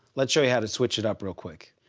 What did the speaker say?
let's show you how to switch it up real quick.